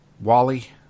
Wally